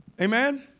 Amen